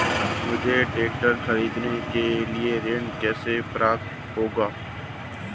मुझे ट्रैक्टर खरीदने के लिए ऋण कैसे प्राप्त होगा?